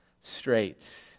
straight